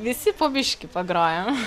visi po biškį pagrojam